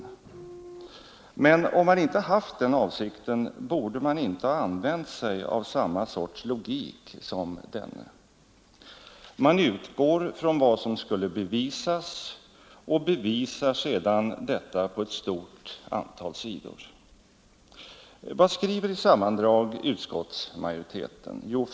Men om man inte har haft den avsikten borde man inte ha använt sig av samma sorts logik som denne. Man utgår ifrån vad som skulle bevisas och ”bevisar” sedan detta på ett stort antal sidor. Vad skriver utskottsmajoriteten i sammandrag?